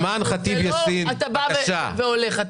אתה לא בא והולך,